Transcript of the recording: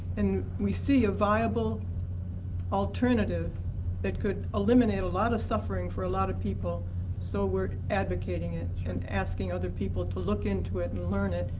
and we see a viable alternative that could eliminate a lot of suffering for a lot of people so we're advocating it and asking other people to look into it and learn it,